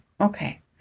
Okay